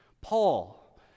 Paul